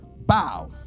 bow